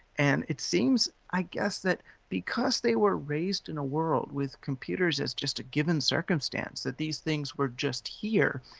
and it seems i guess that because they were raised in a world with computers as just a given circumstance, that these things were just here.